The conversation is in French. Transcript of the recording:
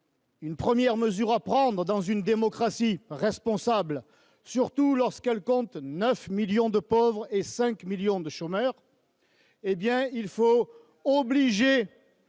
une première mesure à prendre dans une démocratie responsable, surtout lorsqu'elle compte 9 millions de pauvres et 5 millions de chômeurs : il faut obliger